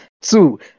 Two